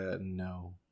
no